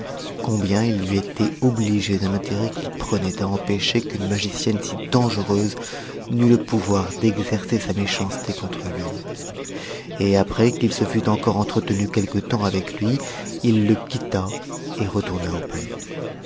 combien il lui était obligé de l'intérêt qu'i prenait à empêcher qu'une magicienne si dangereuse n'eût le pouvoir d'exercer sa méchanceté contre lui et après qu'il se fut encore entretenu quelque temps avec lui il le quitta et retourna au palais